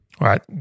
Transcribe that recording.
right